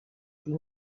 sie